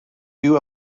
you